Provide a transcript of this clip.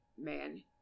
man